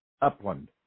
upland